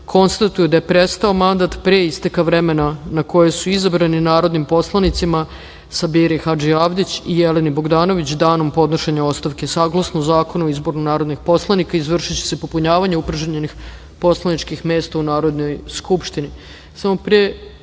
konstatuje da je prestao mandat pre isteka vremena na koje su izabrane narodnim poslanicama Sabiri Hadžiavdić i Jeleni Bogdanović danom podnošenja ostavke. Saglasno Zakonu o izboru narodnih poslanika izvršiće se popunjavanje upražnjenih poslaničkih mesta u Narodnoj skupštini. Pre